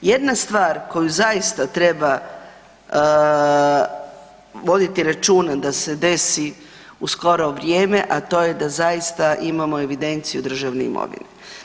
Jedna stvar koju zaista treba voditi računa da se desi u skoro vrijeme, a to je da zaista imamo evidenciju državne imovine.